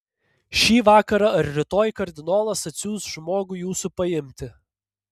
šį vakarą ar rytoj kardinolas atsiųs žmogų jūsų paimti